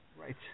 Right